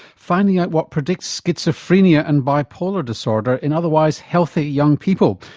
finding out what predicts schizophrenia and bipolar disorder in otherwise healthy young people,